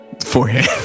forehead